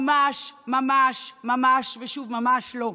ממש ממש ממש, ושוב ממש, לא.